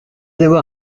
avoir